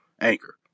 Anchor